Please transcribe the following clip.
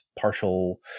partial